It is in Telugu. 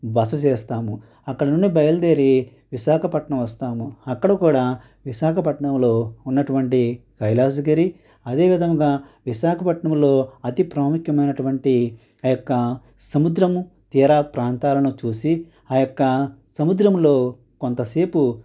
బస చేస్తాము అక్కడ నుండి బయలుదేరి విశాఖపట్నం వస్తాము అక్కడ కూడా విశాఖపట్నంలో ఉన్నటువంటి కైలాసగిరి అదేవిధంగా విశాఖపట్నంలో అతి ప్రాముఖ్యమైనటువంటి ఆ యొక్క సముద్రము తీరా ప్రాంతాలను చూసి ఆ యొక్క సముద్రంలో కొంతసేపు